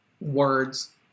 words